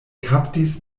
kaptis